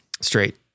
straight